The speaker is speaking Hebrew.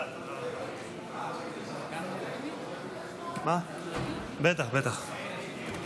היושב-ראש עולה, בבקשה.